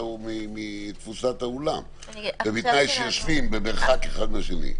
מתפוסת האולם ובתנאי שיושבים במרחק אחד מהשני.